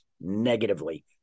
negatively